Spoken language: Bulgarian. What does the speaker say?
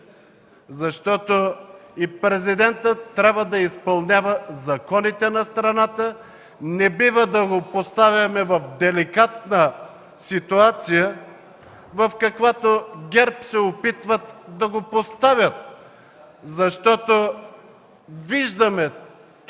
защото и Президентът трябва да изпълнява законите на страната. Не бива да го поставяме в деликатна ситуация, в каквато ГЕРБ се опитва да го постави, защото виждаме тук,